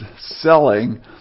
selling